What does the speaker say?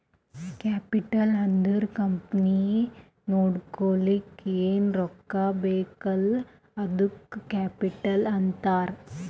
capital ಅಂದುರ್ company ನಡುಸ್ಲಕ್ ಏನ್ ರೊಕ್ಕಾ ಬೇಕಲ್ಲ ಅದ್ದುಕ ಕ್ಯಾಪಿಟಲ್ ಅಂತಾರ್